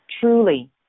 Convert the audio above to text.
truly